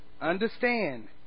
understand